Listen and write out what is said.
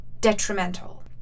detrimental